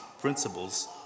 principles